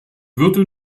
würde